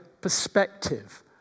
perspective